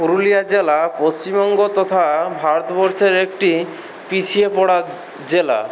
পুরুলিয়া জেলা পশ্চিমবঙ্গ তথা ভারতবর্ষের একটি পিছিয়ে পড়া জেলা